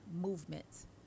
movements